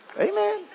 Amen